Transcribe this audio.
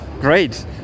Great